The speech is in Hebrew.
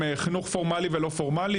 חינוך פורמלי ולא פורמלי,